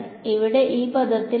ഇവിടെ ഈ പദത്തിലാണ്